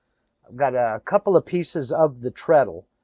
i've got a couple of pieces of the treadle.